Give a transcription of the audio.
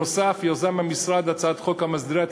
נוסף על כך יזם המשרד הצעת חוק המסדירה את